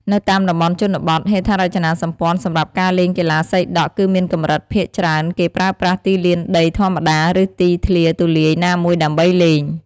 នៅតាមតំបន់ជនបទ ហេដ្ឋារចនាសម្ព័ន្ធសម្រាប់ការលេងកីឡាសីដក់គឺមានកម្រិត ភាគច្រើន គេប្រើប្រាស់ទីលានដីធម្មតា ឬទីធ្លាទូលាយណាមួយដើម្បីលេង។